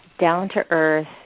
down-to-earth